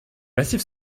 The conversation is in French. massif